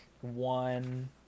one